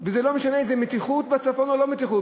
וזה לא משנה אם זה מתיחות בצפון או לא מתיחות,